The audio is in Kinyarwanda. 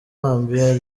zambia